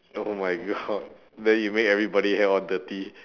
oh my god then you make everybody hair all dirty